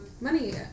money